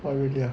oh really ah